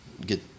get